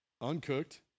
uncooked